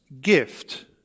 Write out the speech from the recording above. gift